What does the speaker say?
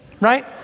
right